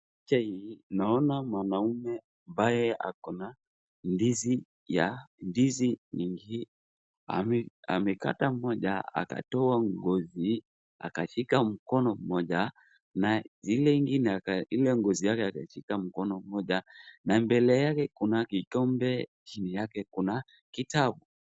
Kwa picha hii, naona mwanaume ambye ako na ndizi nyingi, amekata moja akatoa ngozi akashika mkono moja, na ile ngozi yake akaishika mkono moja, na mbele yake kuna kikombe na chini yake kitabu.